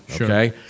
okay